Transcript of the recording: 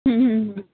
ਹਮ ਹਮ ਹਮ